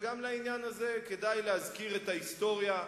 וגם לעניין הזה כדאי להזכיר את ההיסטוריה.